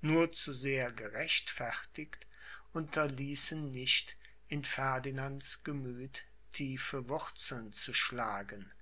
nur zu sehr gerechtfertigt unterließen nicht in ferdinands gemüth tiefe wurzeln zu schlagen